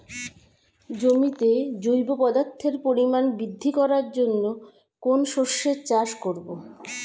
জমিতে জৈব পদার্থের পরিমাণ বৃদ্ধি করার জন্য কোন শস্যের চাষ করবো?